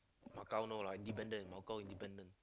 Macau no lah independent Macau independent